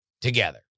together